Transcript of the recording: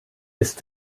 ist